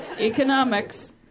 Economics